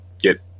get